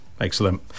Excellent